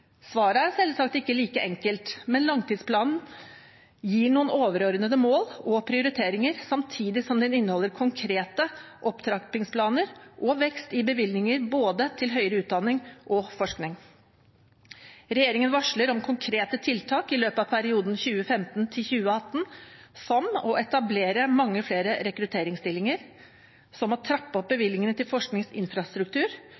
Svaret er selvsagt ikke like enkelt, men Langtidsplanen gir noen overordnede mål og prioriteringer, samtidig som den inneholder konkrete opptrappingsplaner og vekst i bevilgninger til både høyere utdanning og forskning. Regjeringen varsler om konkrete tiltak i løpet av perioden 2015–2018, som å etablere mange flere rekrutteringsstillinger å trappe opp bevilgningene til forskningsinfrastruktur